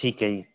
ਠੀਕ ਹੈ ਜੀ